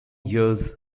years